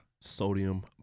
Sodium